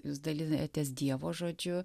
jūs dalijatės dievo žodžiu